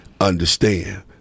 understand